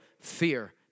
fear